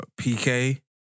PK